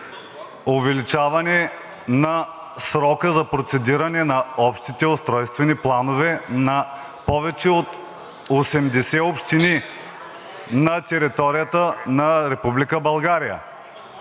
увеличаване на срока за процедиране на общите устройствени планове на повече от 80 общини на територията на